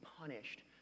punished